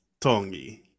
Tongi